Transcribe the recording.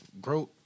growth